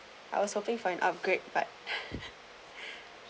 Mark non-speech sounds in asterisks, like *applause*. I was hoping for an upgrade but *laughs*